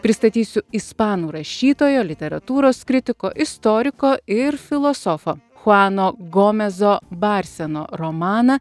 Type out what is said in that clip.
pristatysiu ispanų rašytojo literatūros kritiko istoriko ir filosofo chuano gomezo barseno romaną